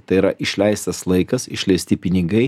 tai yra išleistas laikas išleisti pinigai